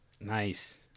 Nice